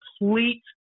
complete